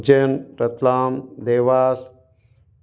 Ujjain Ratlam Dewas